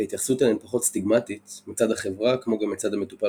וההתייחסות אליהן פחות סטיגמטית מצד החברה כמו גם מצד המטופל